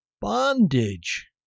bondage